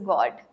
God